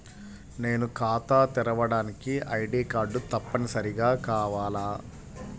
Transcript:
నేను ఖాతా తెరవడానికి ఐ.డీ కార్డు తప్పనిసారిగా కావాలా?